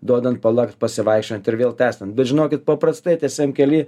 duodant palakt pasivaikščiojant ir vėl tęstiant bet žinokit paprastai tiesiam kely